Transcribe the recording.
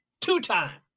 two-time